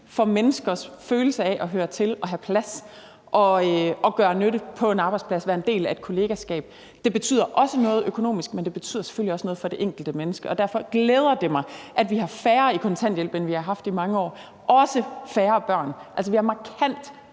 for menneskers følelse af at høre til, at have en plads og gøre nytte på en arbejdsplads, være en del af et kollegaskab. Det betyder noget økonomisk, men det betyder selvfølgelig også noget for det enkelte menneske, og derfor glæder det mig, at vi har færre på kontanthjælp, end vi har haft i mange år, også færre børn. Altså, vi har markant